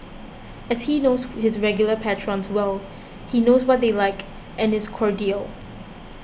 and as he knows his regular patrons well he knows what they like and is cordial